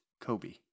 Kobe